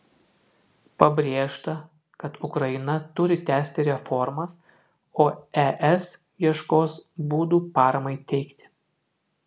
pabrėžta kad ukraina turi tęsti reformas o es ieškos būdų paramai teikti